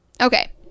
Okay